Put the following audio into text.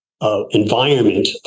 Environment